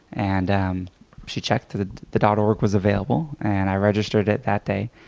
and um she checked, the the the dot org was available and i registered it that day.